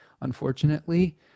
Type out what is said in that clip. unfortunately